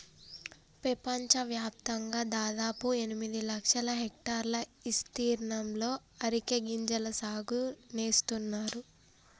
పెపంచవ్యాప్తంగా దాదాపు ఎనిమిది లక్షల హెక్టర్ల ఇస్తీర్ణంలో అరికె గింజల సాగు నేస్తున్నారు